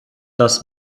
das